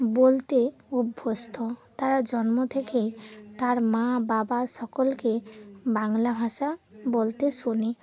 বলতে অভ্যস্ত তারা জন্ম থেকেই তার মা বাবা সকলকে বাংলা ভাষা বলতে শোনে